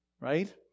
right